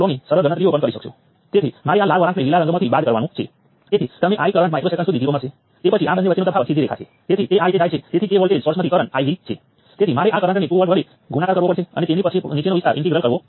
તો આ શું ફેરફાર કરે છે કૃપા કરીને તેને બહાર કાઢો